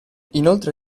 inoltre